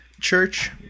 Church